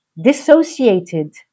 Dissociated